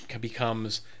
becomes